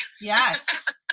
Yes